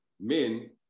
men